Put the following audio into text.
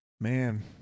Man